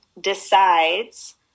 decides